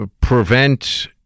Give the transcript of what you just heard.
prevent